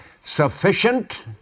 sufficient